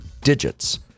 DIGITS